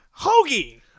Hoagie